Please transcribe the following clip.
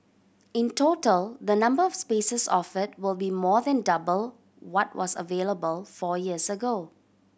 in total the number of spaces offered will be more than double what was available four years ago